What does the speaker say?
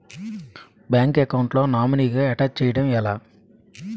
Bank account లో నామినీగా attach చేయడం ఎలా?